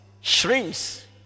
Shrimps